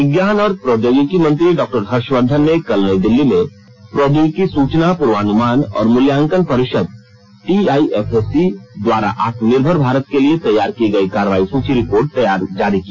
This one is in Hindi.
विज्ञान और प्रौद्योगिकी मंत्री डॉ हर्ष वर्धन ने कल नई दिल्ली में प्रौद्योगिकी सूचना पूर्वानुमान और मूल्यांकन परिषद टीआईएफएसी द्वारा आत्मनिर्भर भारत के लिए तैयार की गई कार्रवाई सुची रिपोर्ट जारी की